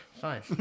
Fine